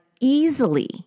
easily